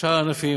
ובשאר הענפים.